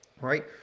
Right